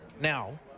Now